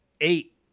eight